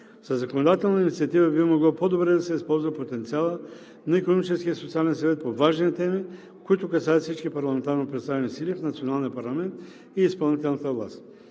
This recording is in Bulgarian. Със законодателна инициатива би могло по-добре да се използва потенциалът на Икономическия и социален съвет по важни теми, които касаят всички парламентарно представени сили в националния парламент и изпълнителната власт.